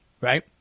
right